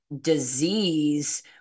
disease